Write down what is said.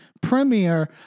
premiere